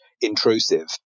intrusive